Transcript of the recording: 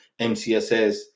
MCSS